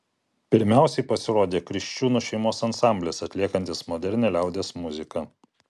pirmiausiai pasirodė kriščiūnų šeimos ansamblis atliekantis modernią liaudies muziką